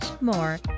more